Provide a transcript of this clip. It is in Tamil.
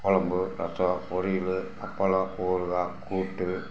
கொழம்பு ரசம் பொரியல் அப்பளம் ஊறுகாய் கூட்டு